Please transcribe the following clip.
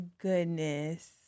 goodness